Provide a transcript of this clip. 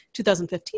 2015